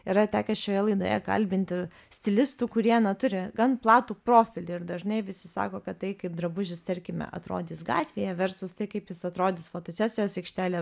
yra tekę šioje laidoje kalbinti stilistų kurie na turi gan platų profilį ir dažnai visi sako kad tai kaip drabužis tarkime atrodys gatvėje versus tai kaip jis atrodys fotosesijos aikštelėje